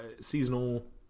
seasonal